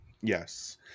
Yes